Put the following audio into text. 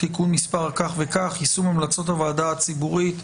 (תיקון מס'...) (יישום המלצות הוועדה הציבורית),